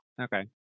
Okay